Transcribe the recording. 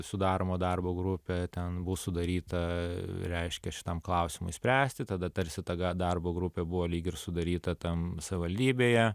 sudaroma darbo grupė ten bus sudaryta reiškia šitam klausimui spręsti tada tarsi tagą darbo grupė buvo lyg ir sudaryta tam savivaldybėje